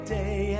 day